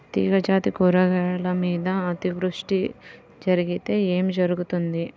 తీగజాతి కూరగాయల మీద అతివృష్టి జరిగితే ఏమి జరుగుతుంది?